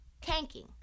tanking